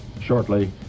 shortly